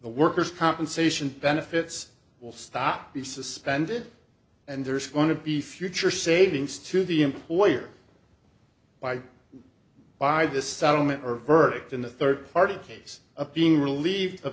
workers compensation benefits will stop be suspended and there's going to be future savings to the employer by by this settlement or verdict in the third party case of being relieve